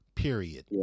period